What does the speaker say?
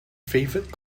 favorite